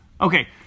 Okay